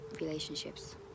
relationships